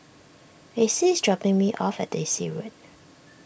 Acie is dropping me off at Daisy Road